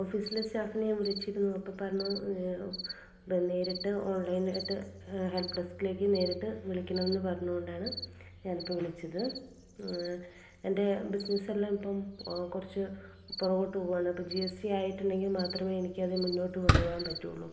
ഓഫീസിലെ സ്റ്റാഫിനെ ഞാൻ വിളിച്ചിരുന്നു അപ്പം പറഞ്ഞു നേരിട്ട് ഓൺലൈൻ ആയിട്ട് ഹെൽപ്പ് ഡെസ്ക്കിലേക്ക് നേരിട്ട് വിളിക്കണമെന്ന് പറഞ്ഞു കൊണ്ടാണ് ഞാൻ ഇപ്പോൾ വിളിച്ചത് എൻ്റെ ബിസിനസ്സെല്ലാം ഇപ്പം കുറച്ചു പുറകോട്ട് പോവുകയാണ് അപ്പം ജി എസ് ടി ആയിട്ടുണ്ടെങ്കിൽ മാത്രമേ എനിക്ക് അത് മുന്നോട്ട് കൊണ്ടു പോവാൻ പറ്റുള്ളൂ